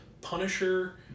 Punisher